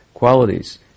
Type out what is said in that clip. Qualities